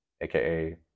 AKA